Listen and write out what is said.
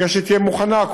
ברגע שתהיה מוכנה,